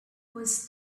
was